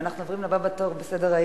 ואנחנו עוברים לבא בתור בסדר-היום,